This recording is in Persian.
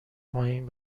پایین